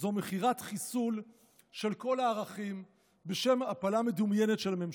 זו מכירת חיסול של כל הערכים בשם הפלה מדומיינת של הממשלה.